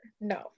no